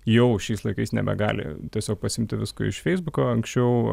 jau šiais laikais nebegali tiesiog pasiimti visko iš feisbuko anksčiau